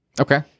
Okay